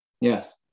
Yes